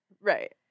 right